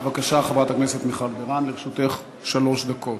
בבקשה, חברת הכנסת מיכל בירן, לרשותך שלוש דקות.